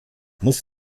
muss